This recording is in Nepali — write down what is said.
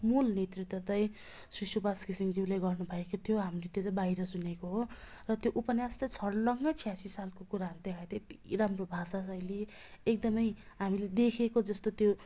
मूल नेतृत्व त श्री सुभाष घिसिङज्यूले गर्नु भएको थियो हामीले त्यो चाहिँ बाहिर सुनेको हो र त्यो उपन्यास त छर्लङ्गै छयासी सालको कुराहरू देखाइदियो यति राम्रो भाषा शैली एकदमै हामीले देखेको जस्तो त्यो